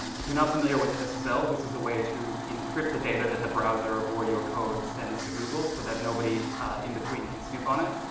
if you're not familiar with ssl, so this is a way to encrypt the data that the browser or your code sends to google so that nobody in between can snoop on it.